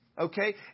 Okay